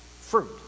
fruit